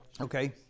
okay